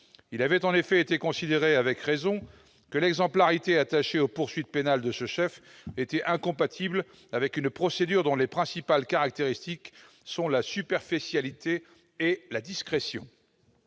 Il avait en effet été considéré avec raison que l'exemplarité attachée aux poursuites pénales de ce chef était incompatible avec une procédure dont les principales caractéristiques sont la superficialité et la discrétion.